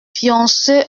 pionceux